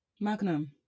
magnum